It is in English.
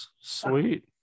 Sweet